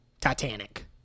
Titanic